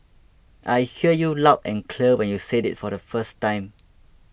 I heard you loud and clear when you said it the first time